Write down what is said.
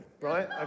right